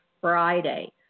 Friday